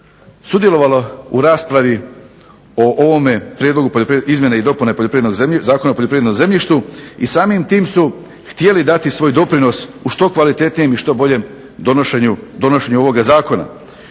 sudjelovalo u raspravi o ovome prijedlogu izmjene i dopune Zakona o poljoprivrednom zemljištu i samim tim su htjeli dati svoj doprinos u što kvalitetnijem i što boljem donošenju ovoga zakona.